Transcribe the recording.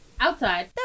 outside